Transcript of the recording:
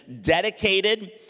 dedicated